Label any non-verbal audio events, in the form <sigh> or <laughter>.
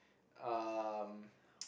um <noise>